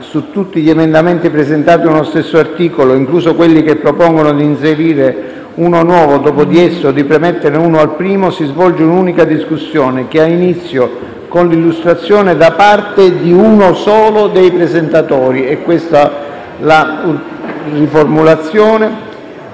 «Su tutti gli emendamenti presentati ad uno stesso articolo, incluso quelli che propongono di inserire uno nuovo dopo di esso o di premetterne uno al primo, si svolge un'unica discussione, che ha inizio con l'illustrazione da parte di un solo dei presentatori, che può intervenire